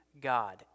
God